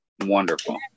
Wonderful